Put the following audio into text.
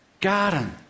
garden